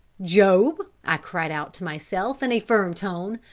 job, i cried out to myself, in a firm tone,